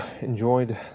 enjoyed